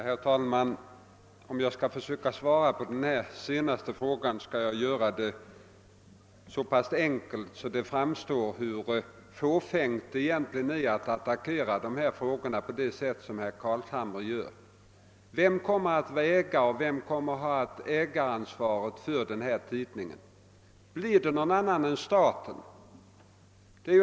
Herr talman! När jag svarar på den senaste frågan skall jag göra det så pass enkelt att det står klart hur fåfängt det egentligen är att attackera dessa spörsmål såsom herr Carlshamre gjort. Vem kommer att äga och vem kommer att ha ägaransvaret för denna tidning? Blir det någon annan än staten?